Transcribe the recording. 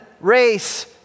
race